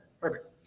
perfect